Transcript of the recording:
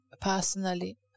personally